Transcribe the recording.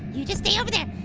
you just stay over there.